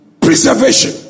preservation